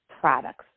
products